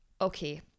Okay